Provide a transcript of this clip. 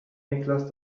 niklas